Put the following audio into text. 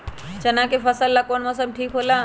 चाना के फसल ला कौन मौसम ठीक होला?